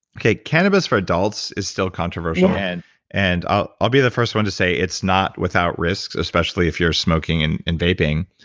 like cannabis for adults is still controversial. and and i'll i'll be the first one to say it's not without risks, especially if you're smoking and and vaping,